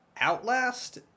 Outlast